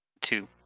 two